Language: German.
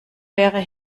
wäre